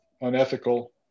unethical